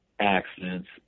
accidents